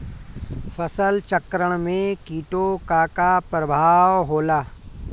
फसल चक्रण में कीटो का का परभाव होला?